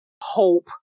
hope